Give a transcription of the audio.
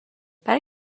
برای